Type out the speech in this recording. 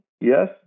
yes